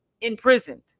imprisoned